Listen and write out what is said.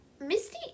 misty